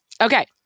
Okay